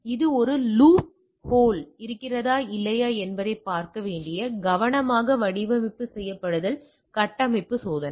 எனவே இது ஒரு லூப் ஹோல் இருக்கிறதா இல்லையா என்பதைப் பார்க்க வேண்டிய கவனமாக வடிவமைப்பு செயல்படுத்தல் கட்டமைப்பு சோதனை